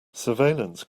surveillance